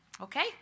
Okay